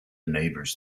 neighbours